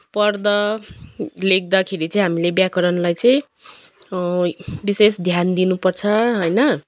पढ्दा लेख्दाखेरि चाहिँ हामीले व्याकरणलाई चाहिँ हो यी विशेष ध्यान दिनुपर्छ होइन